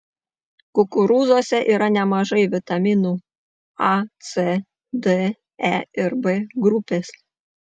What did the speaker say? kukurūzuose yra nemažai vitaminų a c d e ir b grupės